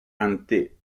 ante